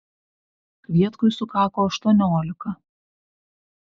kvietkui sukako aštuoniolika